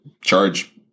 charge